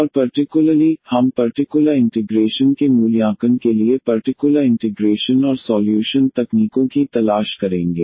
और पर्टिकुलरली हम particular integration के मूल्यांकन के लिए पर्टिकुलर इंटिग्रेशन और सॉल्यूशन तकनीकों की तलाश करेंगे